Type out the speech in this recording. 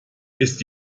ist